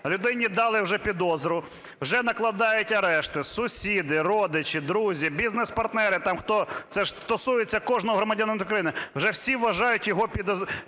людині дали вже підозру, вже накладають арешти, сусіди, родичі, друзі, бізнес-партнери, там хто, це ж стосується кожного громадянина України, вже всі вважають його під